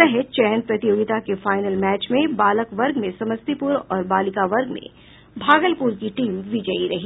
सह चयन प्रतियोगिता के फाइनल मैच के बालक वर्ग में समस्तीपुर और बालिका वर्ग में भागलपुर की टीम विजयी रही